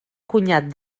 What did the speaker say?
cunyat